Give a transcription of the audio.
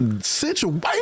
situation